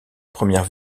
première